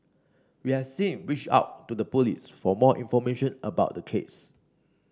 we're since reached out to the Police for more information about the case